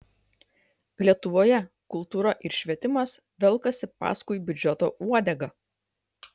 lietuvoje kultūra ir švietimas velkasi paskui biudžeto uodegą